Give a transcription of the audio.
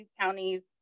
counties